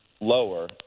lower